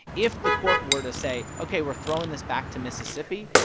if the court were to say, ok, we're throwing this back to mississippi,